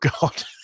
God